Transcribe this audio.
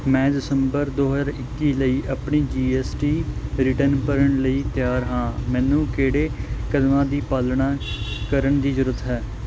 ਮੈਂ ਦਸੰਬਰ ਦੋ ਹਜ਼ਾਰ ਇੱਕੀ ਲਈ ਆਪਣੀ ਜੀ ਐੱਸ ਟੀ ਰਿਟਰਨ ਭਰਨ ਲਈ ਤਿਆਰ ਹਾਂ ਮੈਨੂੰ ਕਿਹੜੇ ਕਦਮਾਂ ਦੀ ਪਾਲਣਾ ਕਰਨ ਦੀ ਜ਼ਰੂਰਤ ਹੈ